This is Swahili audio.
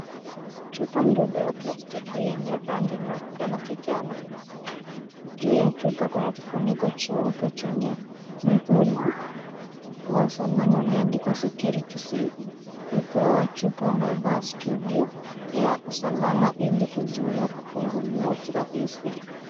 Chupa ndogo ya plastiki yenye rangi nyeupe na kijani. Juu ya chupa kuna kifuniko cheupe chenye muhuri wa usalama uliondikwa Security Seal . Upaa chupa umevaa studio ya usalama ili kuzuia kufunguliwa kirahisi.